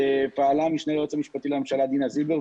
פעלה המשנה ליועץ המשפטי לממשלה דינה זילבר,